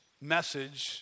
message